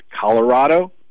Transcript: Colorado